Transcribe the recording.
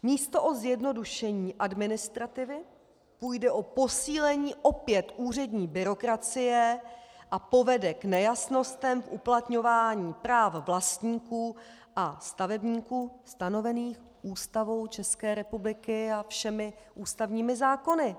Místo o zjednodušení administrativy půjde o posílení opět úřední byrokracie a povede k nejasnostem v uplatňování práv vlastníků a stavebníků stanovených Ústavou České republiky a všemi ústavními zákony.